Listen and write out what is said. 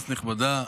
כנסת נכבדה,